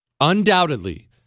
Undoubtedly